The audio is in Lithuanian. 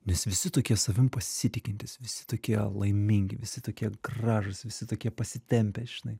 nes visi tokie savim pasitikintys visi tokie laimingi visi tokie gražūs visi tokie pasitempę žinai